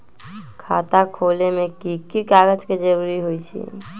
खाता खोले में कि की कागज के जरूरी होई छइ?